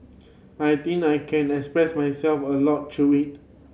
I think I can express myself a lot through it